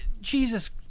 Jesus